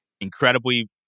incredibly